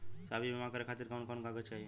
साहब इ बीमा करें खातिर कवन कवन कागज चाही?